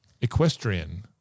Equestrian